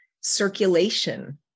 circulation